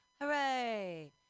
Hooray